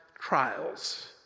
trials